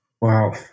Wow